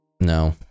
no